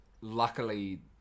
luckily